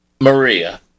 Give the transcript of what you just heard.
Maria